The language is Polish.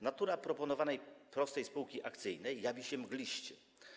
Natura proponowanej prostej spółki akcyjnej jawi się mgliście.